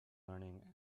learning